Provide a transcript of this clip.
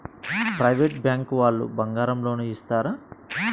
Private bank వాళ్ళు బంగారం loan ఇస్తారా?